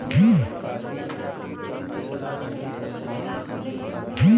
Thresher machine खरीदे खातिर सरकार के तरफ से केतना सब्सीडी मिली?